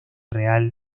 real